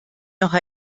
noch